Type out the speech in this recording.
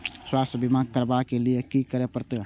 स्वास्थ्य बीमा करबाब के लीये की करै परतै?